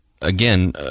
again